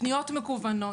פניות מקוונות.